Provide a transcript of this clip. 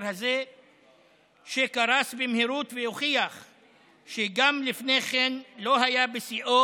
הזה וקרס במהירות והוכיח שגם לפני כן לא היה בשיאו.